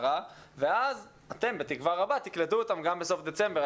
ואז אתם בתקווה רבה תקלטו אותם בסוף דצמבר.